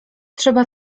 trzeba